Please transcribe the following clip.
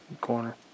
Corner